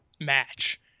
match